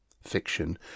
fiction